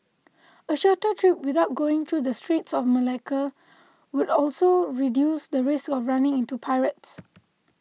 a shorter trip without going through the Straits of Malacca would also reduce the risk of running into pirates